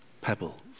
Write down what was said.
pebbles